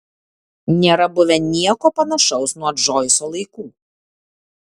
nėra buvę nieko panašaus nuo džoiso laikų